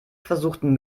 versuchten